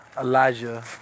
Elijah